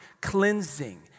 cleansing